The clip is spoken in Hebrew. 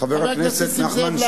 חבר הכנסת נסים זאב,